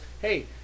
hey